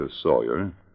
Sawyer